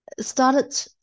started